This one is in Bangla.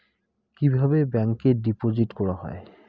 কিভাবে ব্যাংকে ডিপোজিট করা হয়?